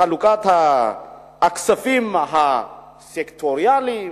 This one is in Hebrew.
חלוקת הכספים הסקטוריאליים,